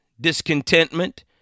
discontentment